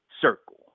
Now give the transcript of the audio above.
circle